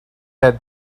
had